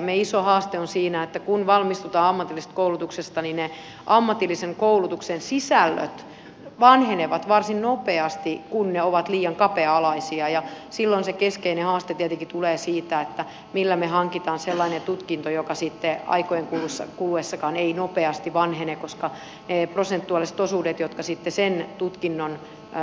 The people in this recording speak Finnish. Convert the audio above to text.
meidän iso haasteemme on siinä että kun valmistutaan ammatillisesta koulutuksesta niin ne ammatillisen koulutuksen sisällöt vanhenevat varsin nopeasti kun ne ovat liian kapea alaisia ja silloin se keskeinen haaste tietenkin tulee siitä millä me hankimme sellaisen tutkinnon joka sitten aikojen kuluessakaan ei nopeasti vanhene koska prosentuaaliset osuudet niistä jotka sitten sen tutkinnon